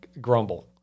grumble